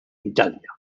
italia